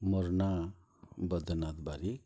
ମୋର୍ ନାଁ ବଦ୍ରିନାଥ ବାରିକ